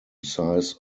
size